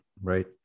right